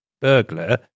burglar